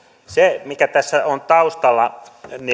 se mikä tässä on taustalla